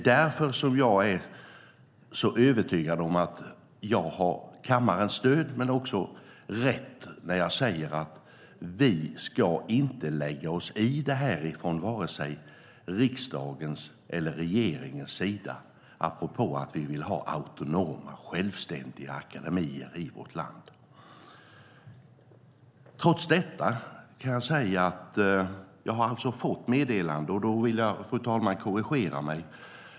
Därför är jag övertygad om att jag har kammarens stöd och att jag har rätt när jag säger att vi inte ska lägga oss i detta från vare sig riksdagens eller regeringens sida. Vi vill ha autonoma självständiga akademier i vårt land. Jag vill korrigera mig.